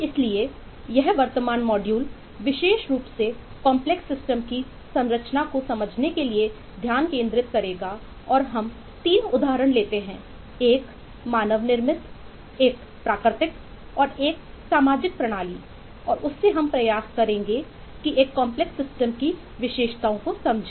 इसलिए यह वर्तमान मॉड्यूल विशेष रूप से कॉम्प्लेक्स सिस्टम की विशेषताओं को समझें